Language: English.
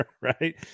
right